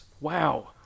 wow